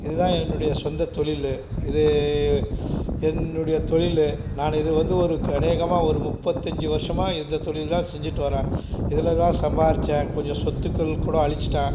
இதுதான் என்னுடைய சொந்த தொழிலு இது என்னுடைய தொழிலு நான் இது வந்து ஒரு அநேகமாக ஒரு முப்பத்தஞ்சு வருஷமா இந்த தொழில் தான் செஞ்சுட்டு வரேன் இதில் தான் சம்பாரித்தேன் கொஞ்சம் சொத்துக்கள் கூட அழிச்சிட்டேன்